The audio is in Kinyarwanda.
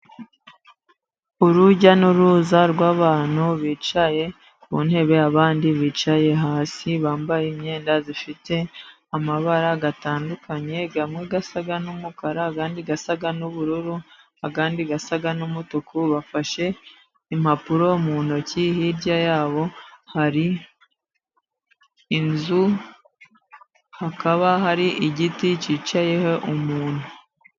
Urujya n'uruza rw'abantu bicaye ku ntebe, abandi bicaye hasi. Bambaye imyenda ifite amabara atandukanye, amwe asa n'umukara, ayandi asa n'ubururu, ayandi asa n'umutuku. Bafashe impapuro mu ntoki. Hirya yabo hari inzu, hakaba hari igiti cyicayeho umuntu.